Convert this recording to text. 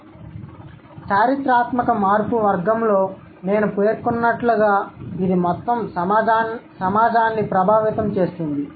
కాబట్టి చారిత్రాత్మక మార్పు వర్గంలో నేను పేర్కొన్నట్లుగా ఇది మొత్తం సమాజాన్ని ప్రభావితం చేస్తుంది